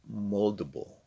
moldable